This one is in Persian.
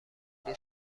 کلی